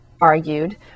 argued